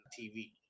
TV